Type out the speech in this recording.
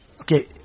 Okay